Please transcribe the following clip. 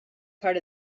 part